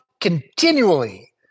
continually